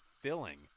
filling